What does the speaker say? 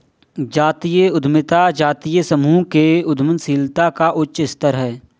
जातीय उद्यमिता जातीय समूहों के उद्यमशीलता का उच्च स्तर है